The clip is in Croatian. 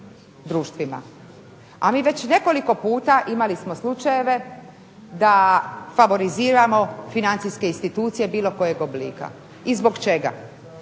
A mi već nekoliko puta imali smo slučajeve da favoriziramo financijske institucije bilo kojeg oblika i zbog čega.